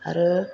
आरो